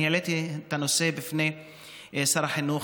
אני העליתי את הנושא בפני שר החינוך,